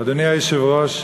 אדוני היושב-ראש,